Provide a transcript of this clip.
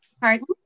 Pardon